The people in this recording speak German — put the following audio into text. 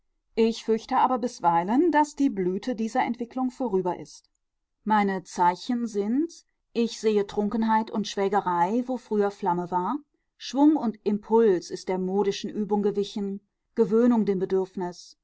ich fürchte aber bisweilen daß die blüte dieser entwicklung vorüber ist meine zeichen sind ich sehe trunkenheit und schwelgerei wo früher flamme war schwung und impuls ist der modischen übung gewichen gewöhnung dem bedürfnis